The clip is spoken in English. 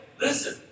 Listen